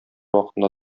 вакытында